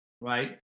right